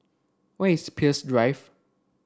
where is Peirce Drive